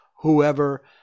whoever